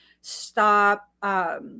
stop